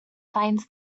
finds